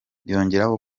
yongeraho